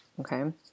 Okay